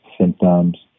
symptoms